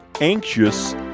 anxious